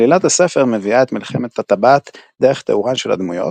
עלילת הספר מביאה את מלחמת הטבעת דרך תיאורן של הדמויות,